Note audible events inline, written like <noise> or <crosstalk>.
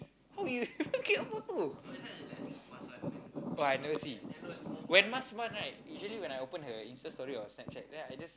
how you <laughs> get photo oh I never see when Mas one right usually I open her Instastory or Snapchat then I just